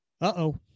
Uh-oh